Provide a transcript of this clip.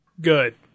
Good